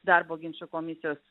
darbo ginčų komisijos